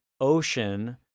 ocean